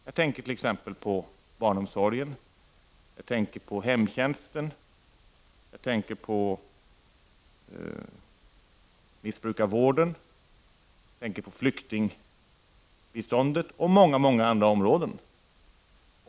Jag tänker t.ex. på barnomsorgen, hemtjänsten, missbrukarvården, flyktingbiståndet och många andra områden.